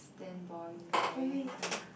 stand boring guy